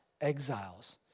exiles